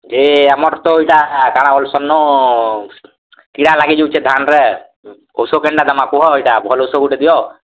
ଯେ ଆମର୍ ତ ଇଟା କାଣା ବଳସନ୍ ନ କିଡ଼ା ଲାଗି ଯାଉଛେ ଧାନ୍ ରେ ଉଷୋ କେନ୍ ଟା ଦେବା କୁହ ଭଲ ଉଷୋ ଗୁଟେ ଦିଅ